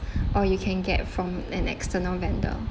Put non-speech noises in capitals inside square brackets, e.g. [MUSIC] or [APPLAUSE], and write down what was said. [BREATH] or you can get from an external vendor